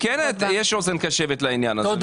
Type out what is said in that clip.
כן יש אוזן קשבת לעניין הזה.